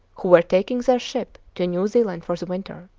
who were taking their ship to new zealand for the winter.